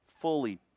fully